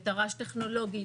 בתר"ש טכנולוגי,